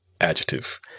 adjective